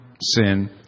sin